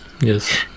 yes